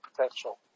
potential